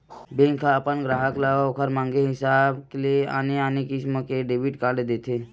bank ह अपन गराहक ल ओखर मांगे हिसाब ले आने आने किसम के डेबिट कारड देथे